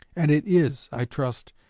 and it is, i trust,